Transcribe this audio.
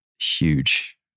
huge